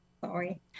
sorry